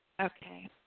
Okay